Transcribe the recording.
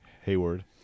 Hayward